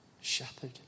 shepherd